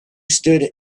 stood